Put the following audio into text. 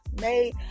made